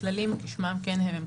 הכללים, כשמם כן הם.